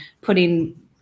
putting